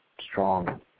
strong